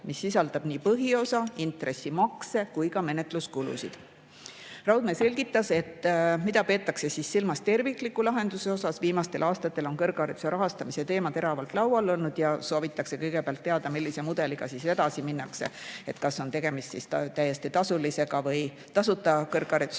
mis sisaldab nii laenu põhiosa, intressimakseid kui ka menetluskulusid. Raudmäe selgitas, mida peetakse siis silmas tervikliku lahenduse all. Viimastel aastatel on kõrghariduse rahastamise teema teravalt laual olnud ja soovitakse kõigepealt teada, millise mudeliga edasi minnakse: kas on tegemist täiesti tasulise või tasuta kõrgharidusega